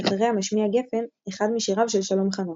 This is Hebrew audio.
ואחריה משמיע גפן אחד משיריו של שלום חנוך.